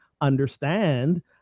understand